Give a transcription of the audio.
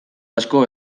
asko